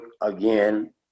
again